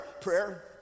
prayer